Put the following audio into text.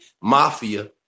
mafia